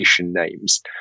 names